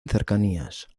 cercanías